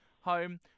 home